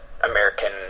American